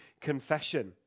confession